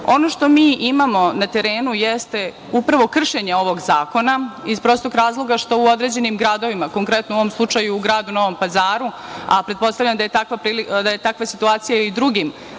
što mi imamo na terenu jeste upravo kršenje ovog zakona iz prostog razloga što u određenim gradovima, konkretno u ovom slučaju u gradu Novom Pazaru, a pretpostavljam da je takva situacija i u drugim